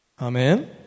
Amen